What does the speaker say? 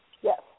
Yes